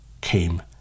came